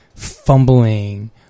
fumbling